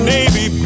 Navy